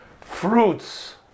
Fruits